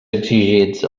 exigits